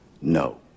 No